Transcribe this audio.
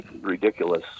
ridiculous